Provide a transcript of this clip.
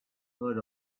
heard